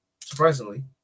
surprisingly